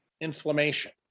Inflammation